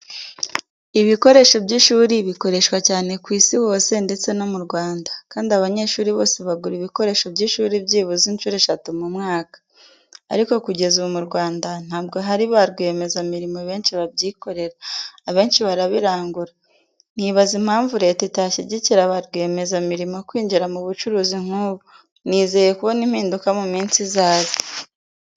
Ibikoresho by’ishuri bikoreshwa cyane ku isi hose ndetse no mu Rwanda, kandi abanyeshuri bose bagura ibikoresho by’ishuri byibuze inshuro eshatu mu mwaka. Ariko kugeza ubu mu Rwanda ntabwo hari ba rwiyemezamirimo benshi babyikorera; abenshi barabirangura. Nibaza impamvu Leta itashyigikira ba rwiyemezamirimo kwinjira mu bucuruzi nk’ubu. Nizeye kubona impinduka mu minsi izaza.